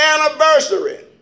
anniversary